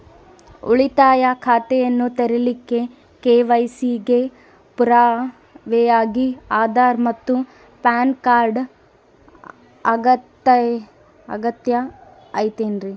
ಉಳಿತಾಯ ಖಾತೆಯನ್ನ ತೆರಿಲಿಕ್ಕೆ ಕೆ.ವೈ.ಸಿ ಗೆ ಪುರಾವೆಯಾಗಿ ಆಧಾರ್ ಮತ್ತು ಪ್ಯಾನ್ ಕಾರ್ಡ್ ಅಗತ್ಯ ಐತೇನ್ರಿ?